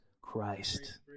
Christ